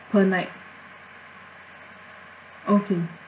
per night okay